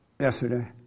yesterday